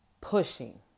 pushing